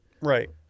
Right